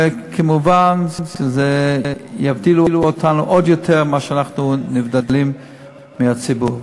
ומובן שזה יבדיל אותנו עוד יותר ממה שאנחנו נבדלים מהציבור.